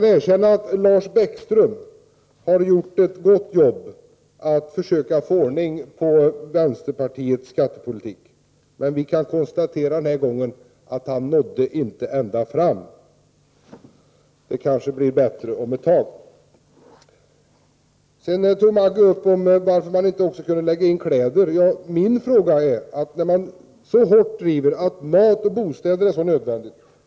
Jag erkänner dock att Lars Bäckström har gjort en gott arbete när det gäller att försöka få ordning på vänsterpartiets skattepolitik. Men den här gången nådde han inte ända fram. Kanske blir det bättre en annan gång. Vidare undrade Maggi Mikaelsson om inte kläder också kunde omfattas av momsen. Men då vill jag säga följande. Man driver ju mycket hårt frågan om att det verkligen är nödvändigt att mat och kläder inte skall vara momsbelagda.